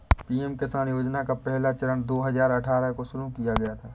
PM Kisan योजना का पहला चरण दो हज़ार अठ्ठारह को शुरू किया गया था